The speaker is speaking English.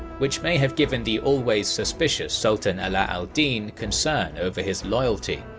which may have given the always suspicious sultan ala al-din concern over his loyalty.